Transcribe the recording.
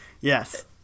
Yes